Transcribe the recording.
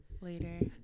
later